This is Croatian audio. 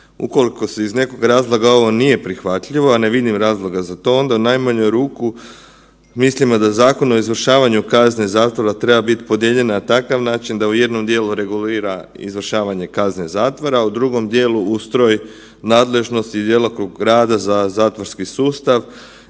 Ukoliko iz nekog razloga ovo nije prihvatljivo, a ne vidim razloga za to, onda u najmanju ruku mislimo da Zakon o izvršavanju kazne zatvora treba biti podijeljen na takav način da u jednom dijelu regulira izvršavanje kazne zatvora, u drugom dijelu ustroj nadležnosti, djelokrug rada za zatvorski sustav